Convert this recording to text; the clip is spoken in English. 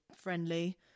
friendly